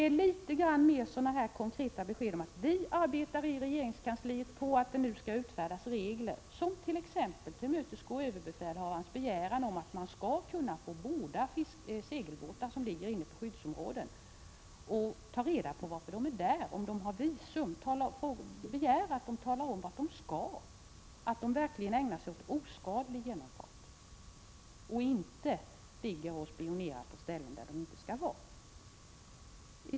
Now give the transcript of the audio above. Jag efterlyser ett litet mer konkret besked om att det i regeringskansliet arbetas på att utfärda regler som t.ex. tillmötesgår överbefälhavarens begäran om att man skall ha rätt att borda segelbåtar som ligger inne på svenskt skyddsområde, ta reda på varför de är där och om de har visum, att man skall ha rätt att begära att de talar om vart de är på väg, att man skall kunna se till att de verkligen ägnar sig åt oskadlig genomfart och inte ligger och spionerar på ställen där de inte skall vara.